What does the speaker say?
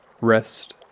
rest